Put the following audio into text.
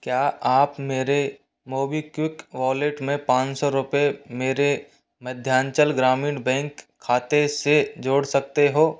क्या आप मेरे मोबीक्विक वॉलेट में पाँच सौ रुपये मेरे मध्यांचल ग्रामीण बैंक खाते से जोड़ सकते हो